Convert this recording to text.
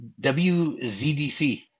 WZDC